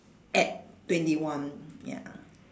at twenty one ya